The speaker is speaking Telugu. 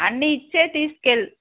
అన్నీ ఇచ్చే తీసుకెళ్లి